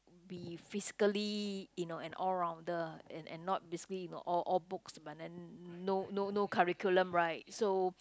be physically you know an all rounder and and not basically you know all all books but then no no no curriculum right so